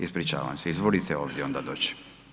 Ispričavam se, izvolite ovdje onda doći.